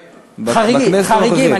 כן, כן, חריגים, חריגים.